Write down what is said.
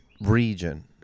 region